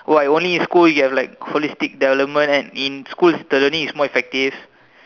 why only with school then you will have holistic development and then in school the learning is more effective